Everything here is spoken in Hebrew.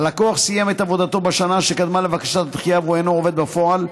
הלקוח סיים את עבודתו בשנה שקדמה לבקשת הדחייה והוא אינו עובד בפועל,